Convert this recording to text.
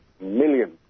millions